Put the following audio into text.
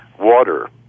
water